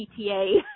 PTA